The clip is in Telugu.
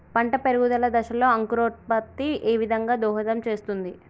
పంట పెరుగుదల దశలో అంకురోత్ఫత్తి ఏ విధంగా దోహదం చేస్తుంది?